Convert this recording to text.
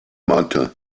mata